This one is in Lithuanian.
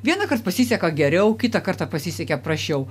vienąkart pasiseka geriau kitą kartą pasisekė prasčiau